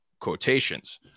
quotations